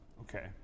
Okay